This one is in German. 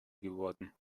geworden